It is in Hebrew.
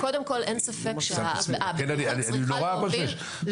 אני נורא חושש.